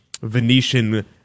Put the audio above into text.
Venetian